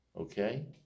okay